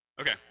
Okay